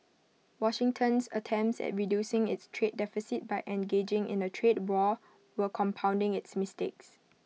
Washington's attempts at reducing its trade deficit by engaging in A trade war were compounding its mistakes